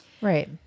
Right